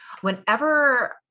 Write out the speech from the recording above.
whenever